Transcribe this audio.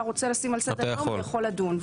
רוצה לשים על סדר-היום הוא יכול לדון.